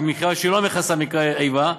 מכיוון שהיא לא מכסה מקרי איבה,